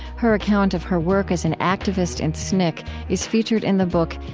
her account of her work as an activist in sncc is featured in the book,